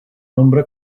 nombre